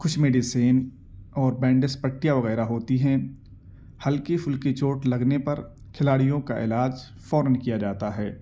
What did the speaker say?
کچھ میڈیسین اور بینڈس پٹیاں وغیرہ ہوتی ہیں ہلکی پھلکی چوٹ لگنے پر کھلاڑیوں کا علاج فوراً کیا جاتا ہے